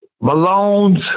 Malone's